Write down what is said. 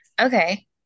okay